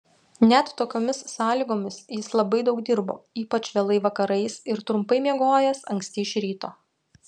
net tokiomis sąlygomis jis labai daug dirbo ypač vėlai vakarais ir trumpai miegojęs anksti iš ryto